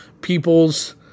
people's